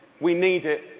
we need it.